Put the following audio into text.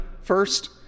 first